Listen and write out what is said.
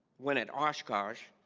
when at osh kosh,